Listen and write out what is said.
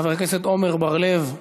חבר הכנסת עמר בר-לב,